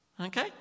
Okay